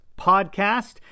podcast